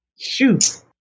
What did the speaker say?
Shoot